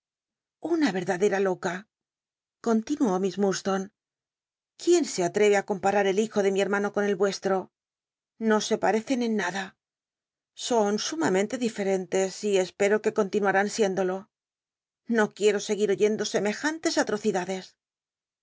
na edadera loca continuó miss imdstone quién se ahce á com parat el hijo de mi hermano con el yuestro xo se parecen en nada son sumamen te diferentes y e pero r ue continuarán siéndolo no quiero cguir oyendo semejantes ahocidades